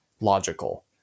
logical